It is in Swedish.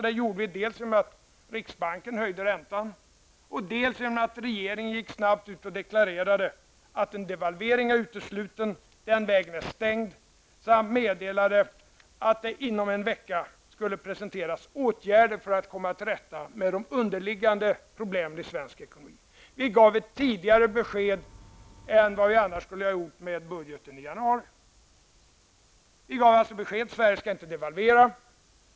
Det gjorde regeringen dels genom att riksbanken höjde räntan, dels genom att snabbt gå ut och deklarera att en devalvering är utesluten och att den vägen är stängd. Samtidigt meddelade regeringen att den inom en vecka skulle presentera åtgärder för att komma till rätta med de underliggande problemen i den svenska ekonomin. Vi gav ett tidigare besked än vad vi annars skulle ha gjort i budgeten i januari. Alltså gav vi ett besked om att Sverige inte skall devalvera.